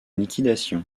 liquidation